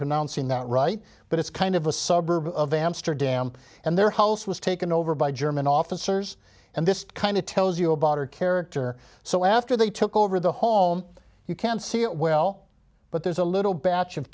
pronouncing that right but it's kind of a suburb of amsterdam and their house was taken over by german officers and this kind of tells you about her character so after they took over the home you can see it well but there's a little batch of